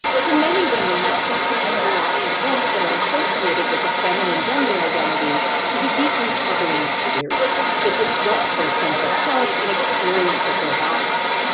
for many women, mastectomy and the loss of breasts that are associated with a feminine gender identity is a deeply troubling experience that disrupts their sense of self and experience of their bodies.